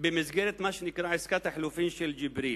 במסגרת מה שנקרא עסקת החילופים של ג'יבריל.